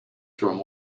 from